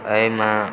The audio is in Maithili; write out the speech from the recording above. एहिमे